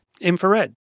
Infrared